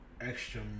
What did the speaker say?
extra